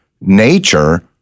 nature